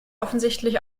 offensichtlich